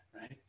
right